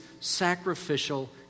sacrificial